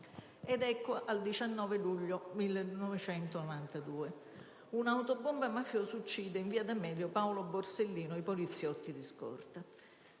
Ed ecco il 19 luglio 1992. Un'autobomba mafiosa uccide, in via d'Amelio, Paolo Borsellino e gli agenti della scorta.